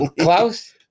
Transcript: Klaus